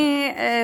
אני יודע,